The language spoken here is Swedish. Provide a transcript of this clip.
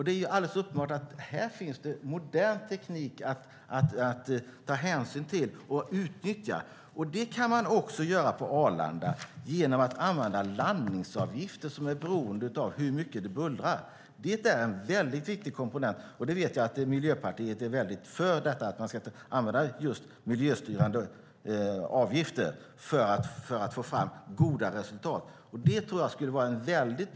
Det är alldeles uppenbart att det finns modern teknik att ta hänsyn till och utnyttja. Det kan man också göra på Arlanda genom att använda landningsavgifter som är beroende av hur mycket det bullrar. Det är en viktig komponent. Och jag vet att Miljöpartiet är mycket för att man ska använda just miljöstyrande avgifter för att få fram goda resultat. Detta tror jag skulle vara en bra sak.